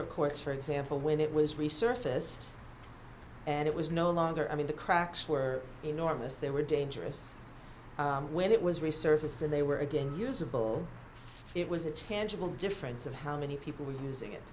winter courts for example when it was resurfaced and it was no longer i mean the cracks were enormous they were dangerous when it was resurfaced and they were again usable it was a tangible difference of how many people were using it